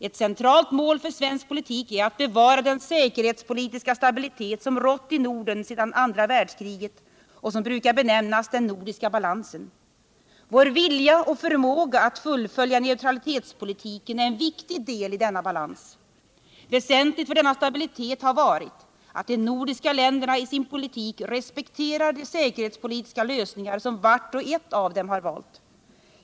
Ett centralt mål för svensk politik är att bevara den säkerhetspolitiska stabilitet som rått i Norden sedan andra världskriget och som brukar benämnas den nordiska balansen. Vår vilja och förmåga att fullfölja neutralitetspolitiken är en viktig del i denna balans. Väsentligt för denna stabilitet har varit att de nordiska länderna i sin politik respekterar de säkerhetspolitiska lösningar som vart och ett av dem har valt.